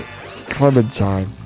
Clementine